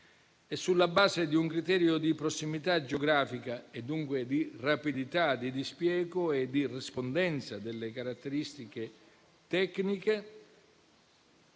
e, sulla base di un criterio di prossimità geografica e dunque di rapidità di dispiego e di rispondenza alle caratteristiche tecniche,